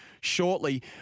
shortly